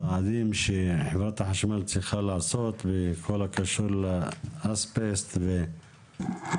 צעדים שחברת החשמל צריכה לעשות בכל הקשור לאסבסט והסרה.